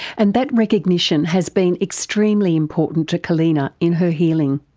and that recognition has been extremely important to kallena in her healing.